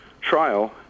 trial